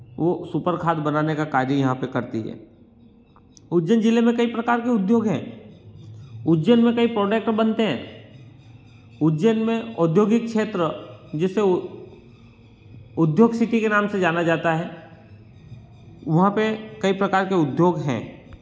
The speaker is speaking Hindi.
वो सुपर खाद बनाने का कार्य यहाँ पर करती है उज्जैन जिले में कई प्रकार के उद्योग हैं उज्जैन में कई प्रोडक्ट बनते हैं उज्जैन में औद्योगिक क्षेत्र जिसे उद्योग सिटी के नाम से जाना जाता है वहाँ पर कई प्रकार के उद्योग हैं